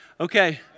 Okay